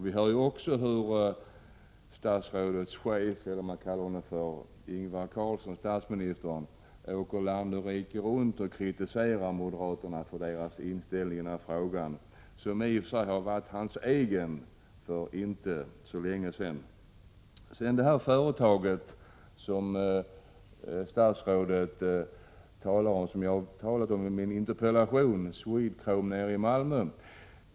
Vi hör också hur statsrådets chef, statsminister Ingvar Carlsson, åker land och rike runt och kritiserar moderaterna för deras inställning i denna fråga, en inställning som varit hans egen för inte så länge sedan. Statsrådet talade om det företag som jag också har nämnt i min interpellation, SwedeChrome i Malmö.